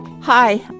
Hi